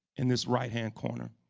in this right hand corner.